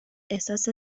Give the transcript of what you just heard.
احساس